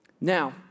Now